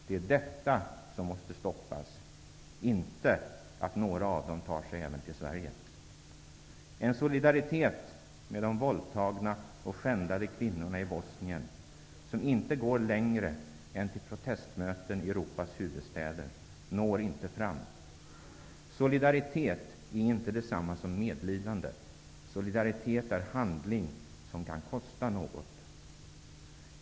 Det är detta som måste stoppas, inte att några av dem tar sig även till En solidaritet med de våldtagna och skändade kvinnorna i Bosnien, som inte går längre än till protestmöten i Europas huvudstäder, når inte fram. Solidaritet är inte detsamma som medlidande. Solidaritet är handling som kan kosta något.